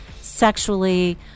sexually